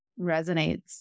resonates